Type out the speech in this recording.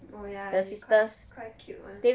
oh yeah they quite quite cute [one]